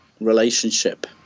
relationship